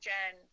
Jen